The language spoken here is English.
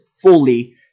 fully